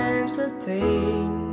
entertain